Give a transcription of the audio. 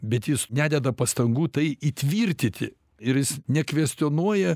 bet jis nededa pastangų tai įtvirtiti ir jis nekvestionuoja